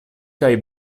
kaj